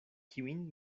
kiujn